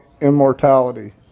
immortality